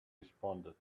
responded